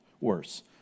worse